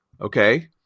okay